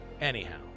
Anyhow